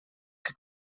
que